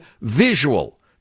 visual